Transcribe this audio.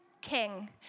king